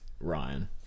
Ryan